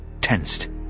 tensed